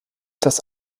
das